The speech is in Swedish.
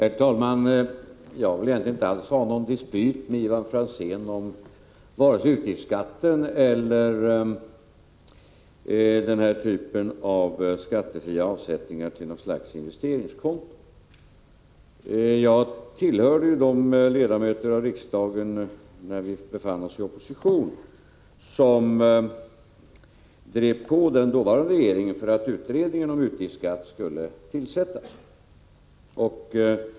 Herr talman! Jag vill egentligen inte alls ha någon dispyt med Ivar Franzén om vare sig utgiftsskatten eller denna typ av skattefria avsättningar till något slags investeringskonto. När vi befann oss i opposition tillhörde jag de ledamöter av riksdagen som drev på den dåvarande regeringen för att utredningen om utgiftsskatt skulle tillsättas.